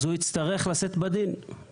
אז הוא יצטרך לשאת בדין,